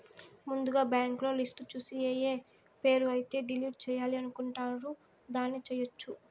ముందుగా బ్యాంకులో లిస్టు చూసి ఏఏ పేరు అయితే డిలీట్ చేయాలి అనుకుంటారు దాన్ని చేయొచ్చు